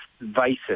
vices